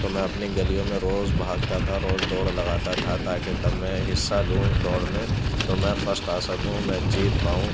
تو میں اپنی گلیوں میں روز بھاگتا تھا روز دوڑ لگاتا تھا تاکہ تب میں حصہ لوں دوڑ میں تو میں فسٹ آ سکوں میں جیت پاؤں